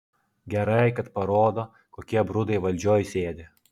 gerai kad parodo kokie brudai valdžioj sėdi